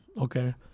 Okay